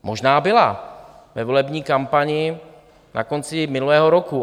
Možná byla ve volební kampani na konci minulého roku.